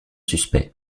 suspect